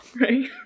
Right